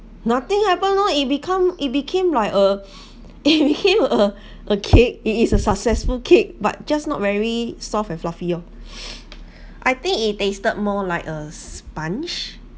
nothing happened lor it become it became like a it became a a cake it is a successful cake but just not very soft and fluffy lor I think it tasted more like a sponge